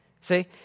See